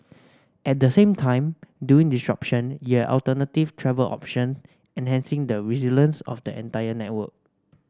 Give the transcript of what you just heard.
at the same time during disruption you have alternative travel option enhancing the resilience of the entire network